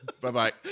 Bye-bye